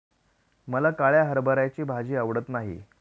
मला काळ्या हरभऱ्याची भाजी आवडत नाही